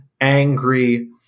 angry